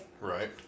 Right